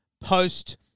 post